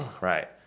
Right